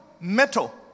metal